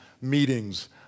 meetings